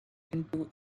into